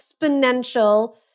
exponential